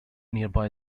nearby